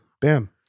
bam